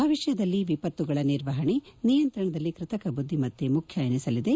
ಭವಿಷ್ಯದಲ್ಲಿ ವಿಪತ್ತುಗಳ ನಿರ್ವಹಣೆ ನಿಯಂತಣದಲ್ಲಿ ಕೃತಕ ಬುದ್ದಿಮತ್ತೆ ಮುಖ್ಯ ಎನಿಸಲಿದೆ